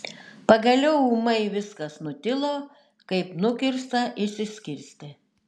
pagaliau ūmai viskas nutilo kaip nukirsta išsiskirstė